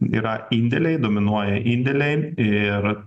yra indėliai dominuoja indėliai ir